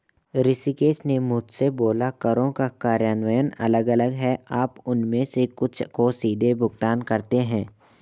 ऋषिकेश ने मुझसे बोला करों का कार्यान्वयन अलग अलग है आप उनमें से कुछ को सीधे भुगतान करते हैं